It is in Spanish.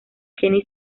kenny